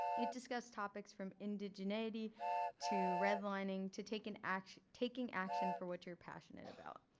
it discussed topics from indigeneity to redlining to take an action taking action for what you're passionate about.